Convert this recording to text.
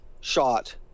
shot